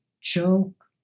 joke